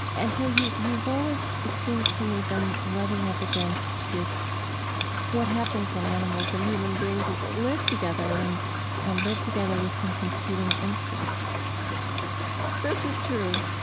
and so you've always, it seems to me, been rubbing up against this what happens when animals and human beings live together and and live together with some competing interests this is true.